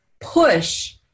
push